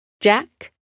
Jack